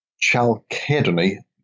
chalcedony